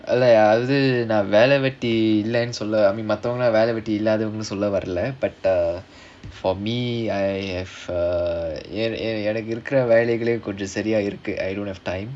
அது நான் வேலை வெட்டி இல்லனு சொல்ல மத்தவங்கள வேலை வெட்டி இல்லாதவங்கனு சொல்ல வரல:adhu naan velai vetti illanu sollala mathavangala velai vetti illaathavanganu solla varala but uh for me I have uh எனக்கு இருக்குற வேலைகளே சரியாக இருக்கு:enakku irukkura velaigalae sariyaa irukku I don't have time